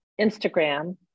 instagram